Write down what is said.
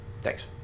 thanks